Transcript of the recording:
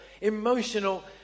emotional